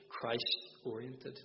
Christ-oriented